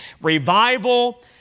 revival